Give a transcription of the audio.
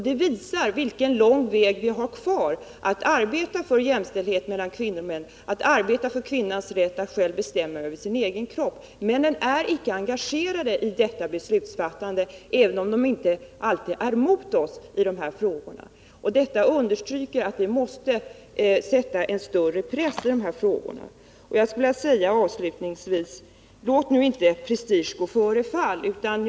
Det visar vilken lång väg vi har kvar i arbetet på jämställdhet mellan kvinnor och män, i arbetet för kvinnans rätt att bestämma över sin egen kropp. Männen är icke engagerade i detta beslutsfattande, även om de inte alltid är emot oss. Detta understryker att vi måste sätta in större press i de här frågorna. Avslutningsvis vill jag säga: Låt nu inte prestige gå före fall!